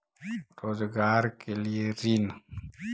रोजगार के लिए ऋण?